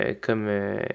comme